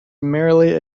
merely